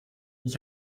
ich